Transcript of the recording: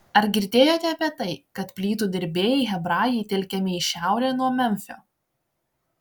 ar girdėjote apie tai kad plytų dirbėjai hebrajai telkiami į šiaurę nuo memfio